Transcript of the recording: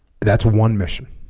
that's one mission